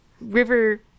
River